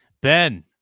Ben